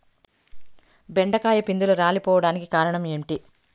బెండకాయ పిందెలు రాలిపోవడానికి కారణం ఏంటి?